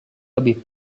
lebih